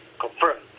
confirmed